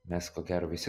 mes ko gero visi